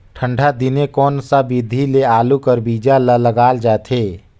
ठंडा दिने कोन सा विधि ले आलू कर बीजा ल लगाल जाथे?